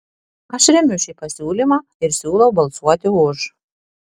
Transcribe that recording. aš remiu šį pasiūlymą ir siūlau balsuoti už